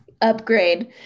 upgrade